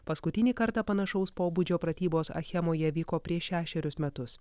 paskutinį kartą panašaus pobūdžio pratybos achemoje vyko prieš šešerius metus